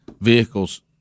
Vehicles